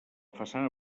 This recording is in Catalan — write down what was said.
façana